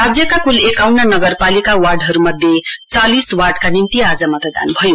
राज्यका कुल एकाउन्न नगरपालिका वार्डहरूमध्ये चालिस वार्डका निम्ति आज मतदान भयो